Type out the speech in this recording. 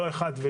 לא אחד או